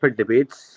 debates